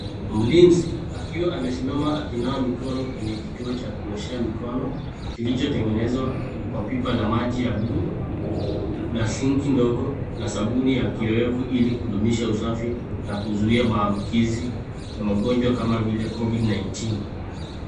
Mlinizi, akiwa amesimama akinawa mikono kwenye kituo cha kuoshea mikono, kilichotengenezwa kwa pipa la maji ya bluu, na sinki ndogo na sabuni ya kiowevu ili kudumisha usafi, na kuzuia maambukizi ya magonjwa kama vile Covid-19.